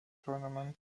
tournament